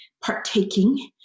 partaking